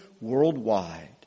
worldwide